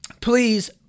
Please